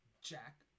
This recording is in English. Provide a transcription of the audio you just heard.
jack